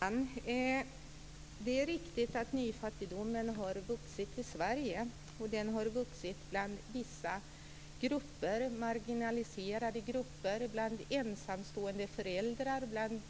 Fru talman! Det är riktigt att nyfattigdomen har vuxit i Sverige. Den har vuxit bland vissa marginaliserade grupper, bland ensamstående föräldrar, bland